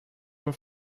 dem